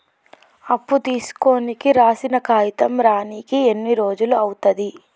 అప్పు తీసుకోనికి రాసిన కాగితం రానీకి ఎన్ని రోజులు అవుతది?